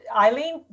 Eileen